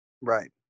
Right